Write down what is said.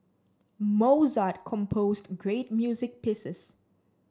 Mozart composed great music pieces